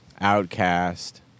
Outcast